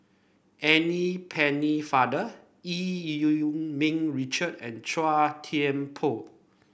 Anne Pennefather Eu Yee Ming Richard and Chua Thian Poh